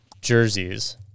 jerseys